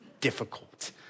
difficult